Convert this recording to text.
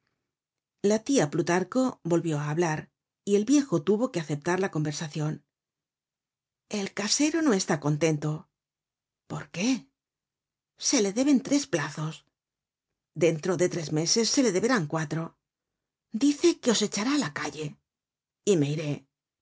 choca latía plutarco volvióá hablar y el viejo tuvo que m ptar la conversacion el casero no está contento por qué se le deben tres plazos dentro de tres meses se le deberán cuatro dice que os echará á la calle y me iré la